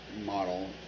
model